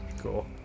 Cool